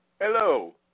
Hello